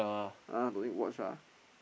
ah no need watch ah